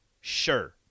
sure